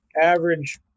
average